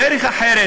דרך אחרת,